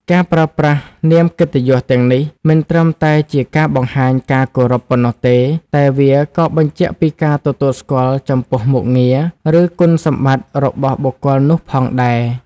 ការប្រើប្រាស់នាមកិត្តិយសទាំងនេះមិនត្រឹមតែជាការបង្ហាញការគោរពប៉ុណ្ណោះទេ តែវាក៏បញ្ជាក់ពីការទទួលស្គាល់ចំពោះមុខងារ ឬគុណសម្បត្តិរបស់បុគ្គលនោះផងដែរ។